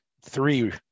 three